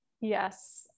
Yes